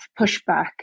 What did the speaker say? pushback